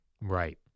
Right